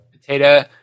Potato